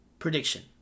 Prediction